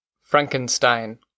Frankenstein